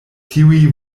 tiuj